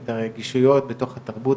את הרגישויות בתוך התרבות